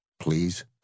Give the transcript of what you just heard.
please